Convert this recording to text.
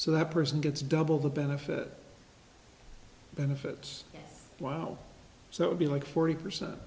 that person gets double the benefit benefits wow so it would be like forty percent